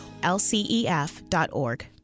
lcef.org